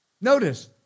Notice